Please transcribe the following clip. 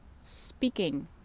speaking